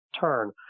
turn